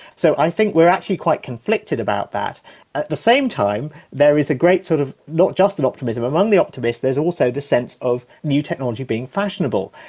so i think that we are actually quite conflicted about that. at the same time there is a great. sort of not just an optimism, among the optimists there is also the sense of new technology being fashionable.